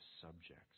subjects